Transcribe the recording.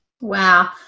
Wow